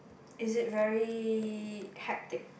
is it very hectic